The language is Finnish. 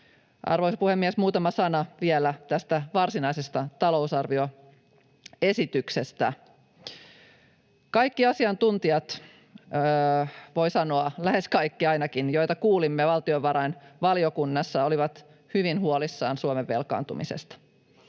Arvoisa puhemies! Muutama sana vielä tästä varsinaisesta talousarvioesityksestä. Kaikki asiantuntijat, voi sanoa, ainakin lähes kaikki, joita kuulimme valtiovarainvaliokunnassa, olivat hyvin huolissaan Suomen velkaantumisesta.